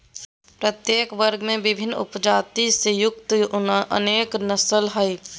प्रत्येक वर्ग में विभिन्न उपजाति से युक्त अनेक नस्ल हइ